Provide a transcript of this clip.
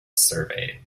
survey